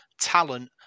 talent